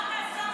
אמרת.